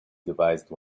devised